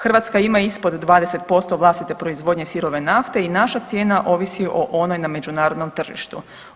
Hrvatska ima ispod 20% vlastite proizvodnje sirove nafte i naša cijena ovisi o onoj na međunarodnom tržištu.